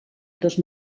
dos